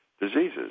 diseases